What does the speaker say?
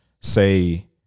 say